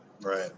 right